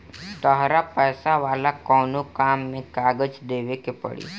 तहरा पैसा वाला कोनो काम में कागज देवेके के पड़ी